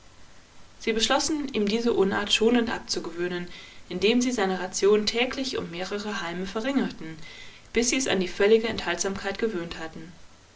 sie beschlossen ihm diese unart schonend abzugewöhnen indem sie seine ration täglich um mehrere halme verringerten bis sie es an die völlige enthaltsamkeit gewöhnt hatten